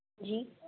जी